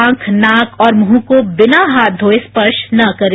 आंख नाक और मुंह को बिना हाथ धोये स्पर्श न करें